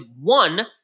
one